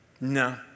No